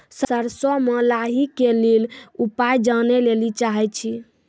सरसों मे लाही के ली उपाय जाने लैली चाहे छी?